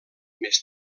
més